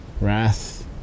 Wrath